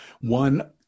one